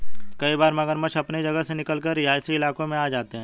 कई बार मगरमच्छ अपनी जगह से निकलकर रिहायशी इलाकों में आ जाते हैं